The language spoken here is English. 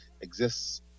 exists